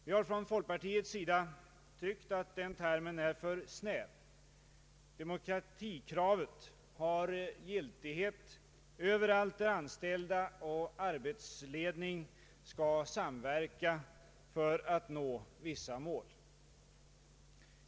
Vi har från folkpartiets sida tyckt att den termen är för snäv. Demokratikravet har giltighet överallt där anställda och arbetsledning skall samverka för att nå vissa mål.